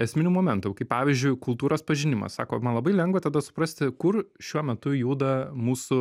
esminių momentų kaip pavyzdžiui kultūros pažinimas sako man labai lengva tada suprasti kur šiuo metu juda mūsų